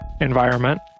environment